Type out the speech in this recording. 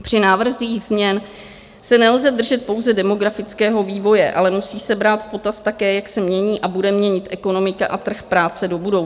Při návrzích změn se nelze držet pouze demografického vývoje, ale musí se brát v potaz také, jak se mění a bude měnit ekonomika a trh práce do budoucna.